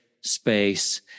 space